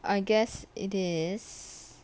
I guess it is